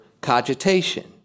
cogitation